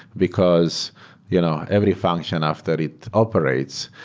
because you know every function after it operates,